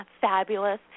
fabulous